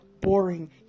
boring